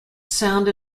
sound